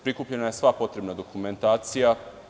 Prikupljena je sva potrebna dokumentacija.